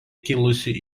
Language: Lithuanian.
kilusi